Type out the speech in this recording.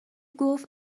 گفت